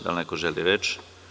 Da li neko želi reč?